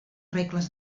regles